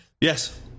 Yes